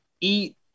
Eat